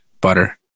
Butter